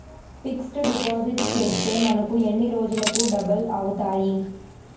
Fixed deposit చేస్తే మనకు ఎన్ని రోజులకు డబల్ అవుతాయి?